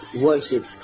worship